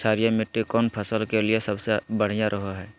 क्षारीय मिट्टी कौन फसल के लिए सबसे बढ़िया रहो हय?